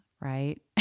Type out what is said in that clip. right